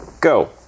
go